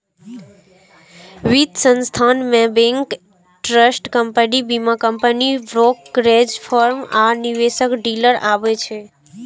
वित्त संस्थान मे बैंक, ट्रस्ट कंपनी, बीमा कंपनी, ब्रोकरेज फर्म आ निवेश डीलर आबै छै